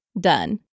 Done